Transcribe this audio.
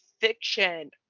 fiction